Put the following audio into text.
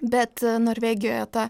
bet norvegijoje ta